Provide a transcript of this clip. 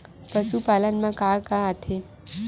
पशुपालन मा का का आथे?